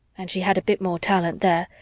and she had a bit more talent there,